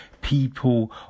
People